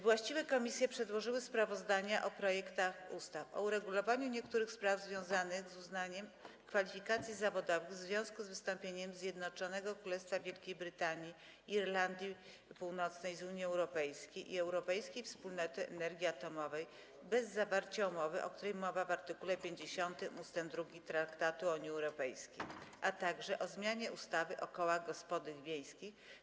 Właściwe komisje przedłożyły sprawozdania o projektach ustaw: - o uregulowaniu niektórych spraw związanych z uznawaniem kwalifikacji zawodowych w związku z wystąpieniem Zjednoczonego Królestwa Wielkiej Brytanii i Irlandii Północnej z Unii Europejskiej i Europejskiej Wspólnoty Energii Atomowej bez zawarcia umowy, o której mowa w art. 50 ust. 2 Traktatu o Unii Europejskiej, - o zmianie ustawy o kołach gospodyń wiejskich.